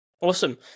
awesome